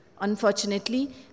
Unfortunately